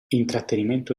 intrattenimento